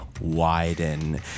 widen